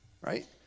Right